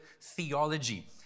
theology